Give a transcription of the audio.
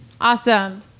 Awesome